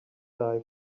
die